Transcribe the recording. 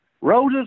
Roses